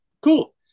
Cool